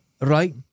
Right